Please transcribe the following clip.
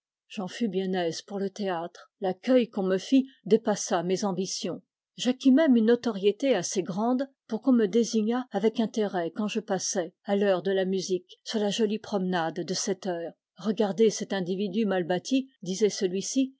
j'en fus bien aise pour le théâtre l'accueil qu'on me fit dépassa mes ambitions j'acquis même une notoriété assez grande pour qu'on me désignât avec intérêt quand je passais à l'heure de la musique sur la jolie promenade de sept heures regardez cet individu mal bâti disait celui-ci